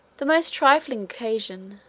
the most trifling occasion,